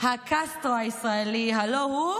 הקסטרו הישראלי, הלוא הוא